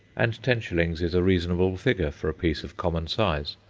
and ten shillings is a reasonable figure for a piece of common size.